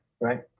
right